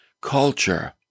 culture